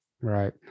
Right